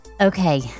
Okay